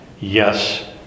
yes